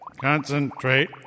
Concentrate